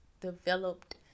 developed